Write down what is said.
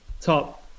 top